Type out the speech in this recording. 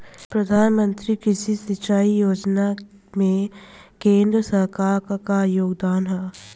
प्रधानमंत्री कृषि सिंचाई योजना में केंद्र सरकार क का योगदान ह?